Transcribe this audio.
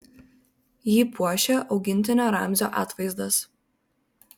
jį puošia augintinio ramzio atvaizdas